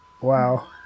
Wow